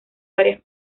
varias